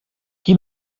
qui